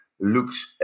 looks